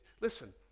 listen